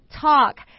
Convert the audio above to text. talk